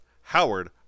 Howard